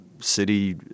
city